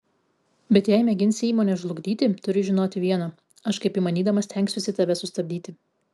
bet jei mėginsi įmonę žlugdyti turi žinoti viena aš kaip įmanydamas stengsiuosi tave sustabdyti